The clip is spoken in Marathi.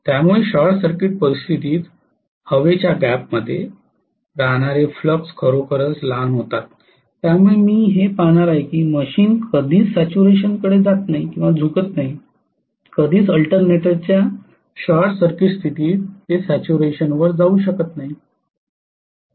त्यामुळे शॉर्ट सर्किट परिस्थितीत हवेच्या गॅपमध्ये राहणारे फ्लक्स खरोखरच लहान होतात ज्यामुळे मी हे पाहणार आहे की मशीन कधीच सॅच्युरेशनकडे झुकत नाही कधीच अल्टर्नेटरच्या शॉर्ट सर्किट स्थितीत ते सॅच्युरेशनवर जाऊ शकत नाही